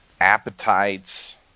appetites